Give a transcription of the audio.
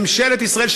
ממשלת ישראל,